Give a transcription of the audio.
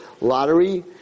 lottery